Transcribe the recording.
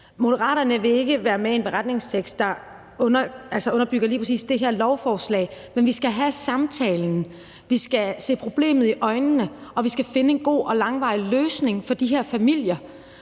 Moderaterne vil ikke være med i en beretningstekst, der underbygger lige præcis det her beslutningsforslag, men vi skal have samtalen, vi skal se problemet i øjnene, og vi skal finde en god og langvarig løsning for de her familier